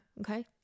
okay